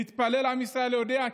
להתפלל עם ישראל יודע,